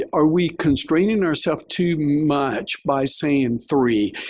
yeah are we constraining ourself too much by saying three?